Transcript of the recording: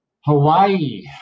Hawaii